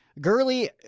Gurley